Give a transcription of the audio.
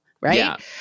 right